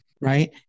right